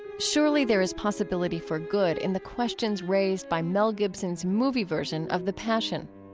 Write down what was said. surely there is possibility for good in the questions raised by mel gibson's movie version of the passion,